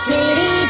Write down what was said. City